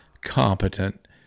competent